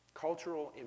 Cultural